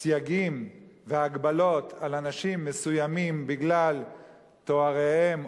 סייגים והגבלות על אנשים מסוימים בגלל תואריהם,